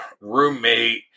roommate